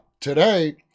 today